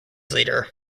leader